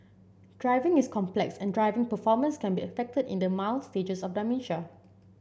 driving is complex and driving performance can be affected in the mild stages of dementia